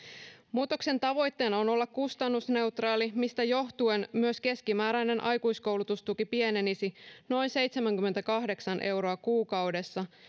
muutoksen tavoitteena on olla kustannusneutraali mistä johtuen myös keskimääräinen aikuiskoulutustuki pienenisi noin seitsemänkymmentäkahdeksan euroa kuukaudessa